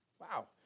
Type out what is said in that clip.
wow